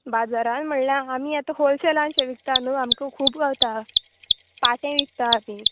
बाजारान म्हळ्यार आमी आतां होलसेलानशें विकता न्हू आमकां खूब गावता पाटें विकता आमी